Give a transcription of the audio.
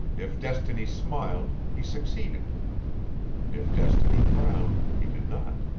if destiny smiled, he succeeded if destiny frowned, he did not.